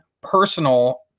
Personal